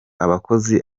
abakozi